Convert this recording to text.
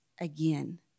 again